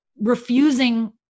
refusing